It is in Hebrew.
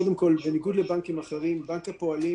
קודם כול, בניגוד לבנקים אחרים, בנק הפועלים